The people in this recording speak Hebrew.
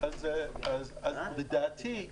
לדעתי,